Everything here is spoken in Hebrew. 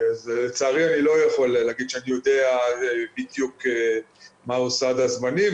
לצערי אני לא יכול לומר שאני יודע בדיוק מהו סד הזמנים.